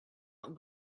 not